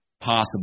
possible